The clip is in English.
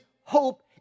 hope